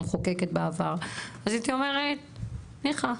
הייתי אומרת ניחא,